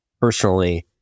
Personally